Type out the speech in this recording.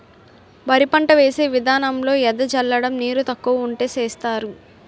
వరి పంట వేసే విదానంలో ఎద జల్లడం నీరు తక్కువ వుంటే సేస్తరు